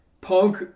Punk